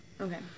Okay